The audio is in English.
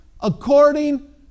according